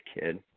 kid